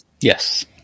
yes